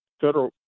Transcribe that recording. federal